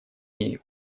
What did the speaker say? ней